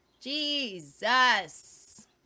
Jesus